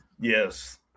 Yes